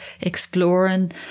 exploring